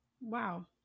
Wow